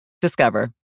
Discover